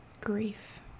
grief